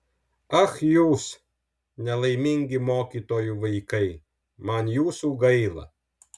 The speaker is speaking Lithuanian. ach jūs nelaimingi mokytojų vaikai man jūsų gaila